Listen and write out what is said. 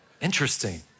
Interesting